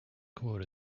core